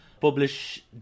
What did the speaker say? publish